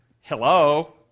hello